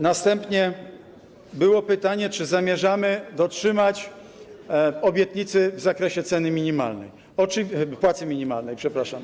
Następnie było pytanie, czy zamierzamy dotrzymać obietnicy w zakresie ceny minimalnej... płacy minimalnej, przepraszam.